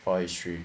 for history